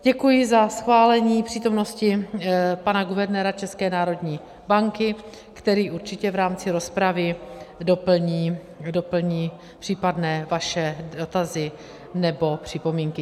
Děkuji za schválení v přítomnosti pana guvernéra České národní banky, který určitě v rámci rozpravy doplní případné vaše dotazy nebo připomínky.